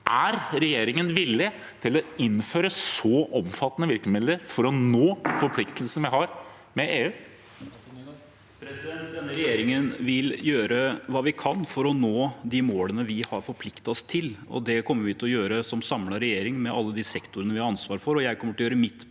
Er regjeringen villig til å innføre så omfattende virkemidler for å nå forpliktelsen vi har med EU? Statsråd Jon-Ivar Nygård Denne regjer- ingen vil gjøre hva vi kan for å nå de målene vi har forpliktet oss til. Det kommer vi til å gjøre som samlet regjering med alle de sektorene vi har ansvar for,